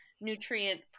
nutrient